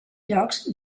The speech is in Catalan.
llocs